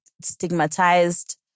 stigmatized